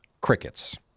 crickets